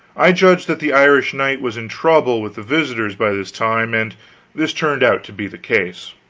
i judged that the irish knight was in trouble with the visitors by this time, and this turned out to be the case.